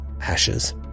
ashes